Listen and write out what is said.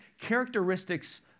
characteristics